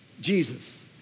Jesus